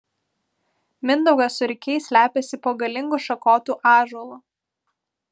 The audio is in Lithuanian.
mindaugas su rikiais slepiasi po galingu šakotu ąžuolu